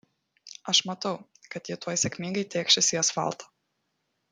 aš matau kad ji tuoj sėkmingai tėkšis į asfaltą